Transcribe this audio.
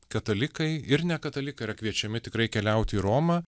katalikai ir nekatalikai yra kviečiami tikrai keliaut į romą